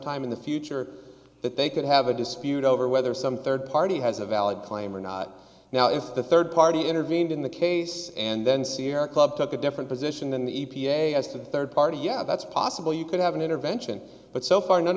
sometime in the future that they could have a dispute over whether some third party has a valid claim or not now is the third party intervened in the case and then sierra club took a different position than the e p a asked a third party yeah that's possible you could have an intervention but so far none